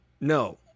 No